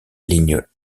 ligne